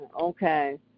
Okay